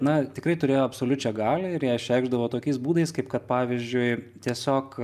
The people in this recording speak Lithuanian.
na tikrai turėjo absoliučią galią ir ją išreikšdavo tokiais būdais kaip kad pavyzdžiui tiesiog